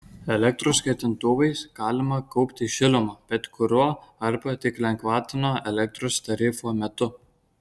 elektros kaitintuvais galima kaupti šilumą bet kuriuo arba tik lengvatinio elektros tarifo metu